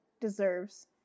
deserves